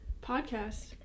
podcast